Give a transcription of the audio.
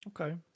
Okay